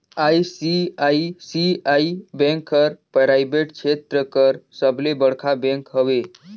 ICICI bank हर private छेत्र कर सबले बड़खा बेंक हवे